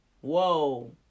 Whoa